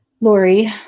Lori